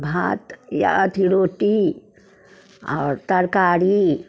भात या अथी रोटी आओर तरकारी